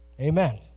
Amen